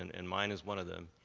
and and mine is one of them,